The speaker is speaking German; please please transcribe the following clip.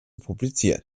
publizieren